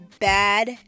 bad